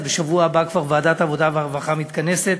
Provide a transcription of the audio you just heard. ואז בשבוע הבא כבר ועדת העבודה והרווחה מתכנסת